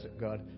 God